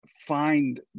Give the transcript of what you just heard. find